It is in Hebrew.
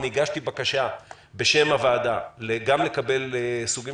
אני הגשתי בקשה בשם הוועדה גם לקבל סוגים